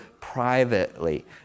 privately